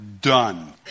done